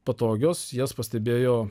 patogios jas pastebėjo